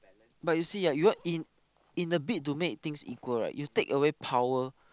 but you see ah you want in in the bid to make things equal right you take away power